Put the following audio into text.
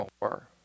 more